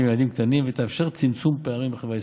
ילדים קטנים ותאפשר צמצום פערים בחברה הישראלית,